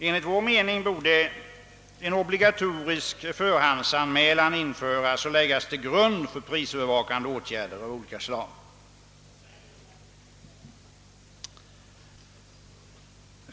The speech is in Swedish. Enligt vår mening borde en obligatorisk förhandsanmälan införas och läggas till grund för prisövervakande åtgärder av olika slag.